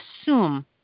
assume